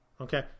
Okay